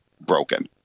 broken